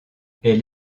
elle